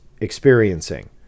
experiencing